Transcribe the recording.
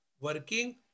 working